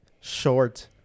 short